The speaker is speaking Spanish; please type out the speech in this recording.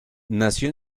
nació